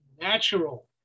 natural